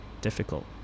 difficult